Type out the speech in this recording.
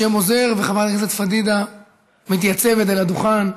השם עוזר וחברת הכנסת פדידה מתייצבת אל הדוכן,